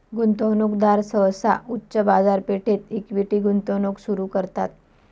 गुंतवणूकदार सहसा उच्च बाजारपेठेत इक्विटी गुंतवणूक सुरू करतात